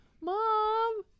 mom